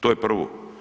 To je prvo.